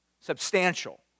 substantial